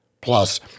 Plus